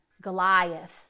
Goliath